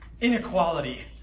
inequality